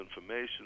information